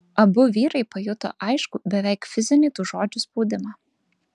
abu vyrai pajuto aiškų beveik fizinį tų žodžių spaudimą